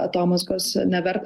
atomazgos neverta